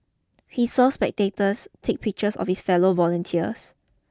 he saw spectators take pictures of his fellow volunteers